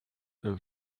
ill